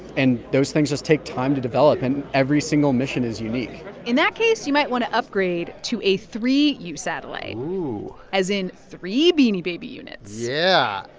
and those things just take time to develop. and every single mission is unique in that case, you might want to upgrade to a three u satellite. oh. as in three beanie baby units yeah.